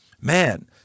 man